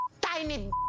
Tiny